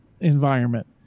environment